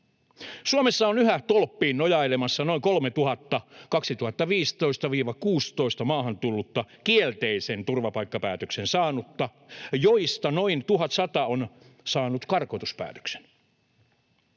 Suomessa on yhä tolppiin nojailemassa noin 3 000 vuosina 2015—16 maahan tullutta kielteisen turvapaikkapäätöksen saanutta, joista noin 1 100 on saanut karkotuspäätöksen.